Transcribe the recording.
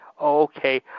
okay